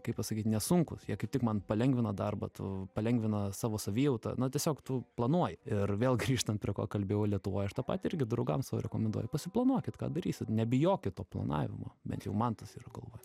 kaip pasakyt nesunkūs jie kaip tik man palengvina darbą tu palengvina savo savijautą na tiesiog tu planuoji ir vėl grįžtant prie ko kalbėjau lietuvoj aš tą patį irgi draugam savo rekomenduoju pasiplanuokit ką darysit nebijokit to planavimo bent jau man tas yra galvoj